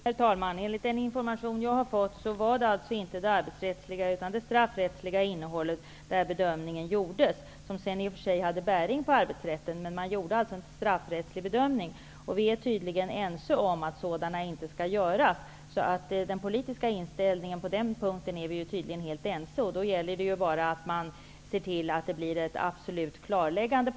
Herr talman! Enligt den information jag har fått var det inte det arbetsrättsliga utan det straffrättsliga innehållet som bedömdes. Det hade sedan i och för sig bäring inom arbetsrätten, men man gjorde en straffrättslig bedömning. Vi är tydligen ense om att sådana inte skall göras. Den politiska inställningen på den här punkten är vi tydligen helt ense om. Det gäller då bara att se till att det blir ett absolut klarläggande.